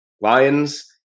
Lions